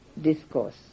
discourse